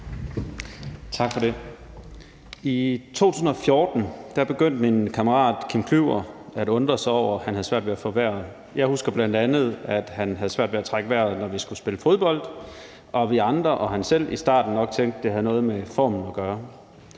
Tak for det. I 2014 begyndte min kammerat Kim Klyver at undre sig over, at han havde svært ved at få vejret. Jeg husker bl.a., at han havde svært ved at trække vejret, når vi skulle spille fodbold, og i starten tænkte vi andre og han selv nok, at det havde noget med formen at gøre.